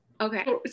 Okay